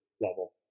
level